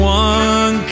one